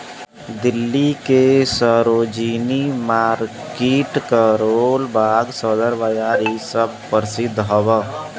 दिल्ली के सरोजिनी मार्किट करोल बाग सदर बाजार इ सब परसिध हौ